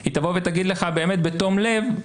היא תבוא ותגיד לך בתום לב,